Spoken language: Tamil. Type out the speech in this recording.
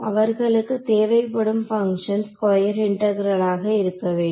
அவர்களுக்கு தேவைப்படும் பங்ஷன் ஸ்கொயர் இன்டகிரல் ஆக இருக்க வேண்டும்